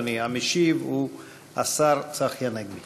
הצעת חוק העונשין (תיקון, הרחבת הגדרת הגזענות),